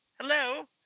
hello